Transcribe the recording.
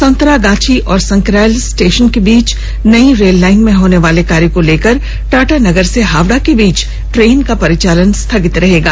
संतरागाछी और संक्रैल स्टेशन के बीच नई रेललाइन में होनवाले कार्य को लेकर टाटानगर से हावड़ा के बीच ट्रेन का परिचालन स्थगित रहेगा